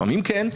לפעמים כן.